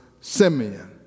Simeon